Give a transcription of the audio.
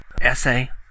essay